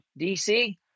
DC